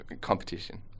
competition